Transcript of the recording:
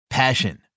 passion